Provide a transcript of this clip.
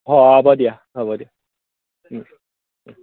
হ'ব দিয়া হ'ব দিয়া